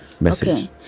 message